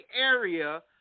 area